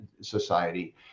society